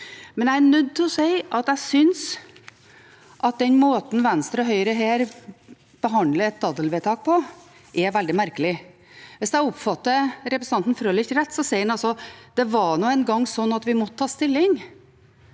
bra. Jeg er nødt til å si at jeg synes den måten Venstre og Høyre her behandler et daddelvedtak på, er veldig merkelig. Hvis jeg oppfatter representanten Frølich rett, sier han altså: Det var nå engang sånn at vi måtte ta stilling.